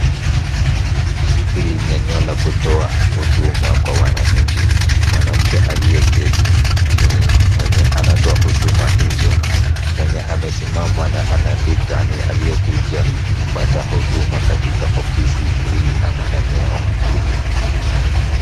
Hili ni eneo la kutoa huduma kwa wananchi. Mwanamke aliyeketi ni mwenye anatoa huduma hizo. Mwenye amesimama na anaandika ni aliyekuja kupata huduma katika ofisi hili ama eneo hili.